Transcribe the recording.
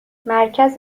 مرکز